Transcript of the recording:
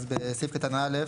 אז בסעיף קטן (א),